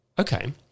Okay